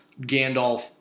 Gandalf